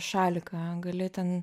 šaliką gali ten